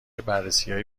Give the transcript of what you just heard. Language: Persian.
بررسیهای